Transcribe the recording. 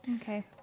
Okay